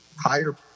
higher